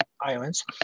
Islands